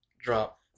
drop